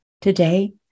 Today